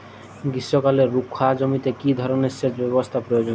গ্রীষ্মকালে রুখা জমিতে কি ধরনের সেচ ব্যবস্থা প্রয়োজন?